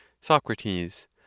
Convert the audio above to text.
Socrates